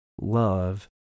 Love